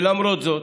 ולמרות זאת,